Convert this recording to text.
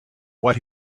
what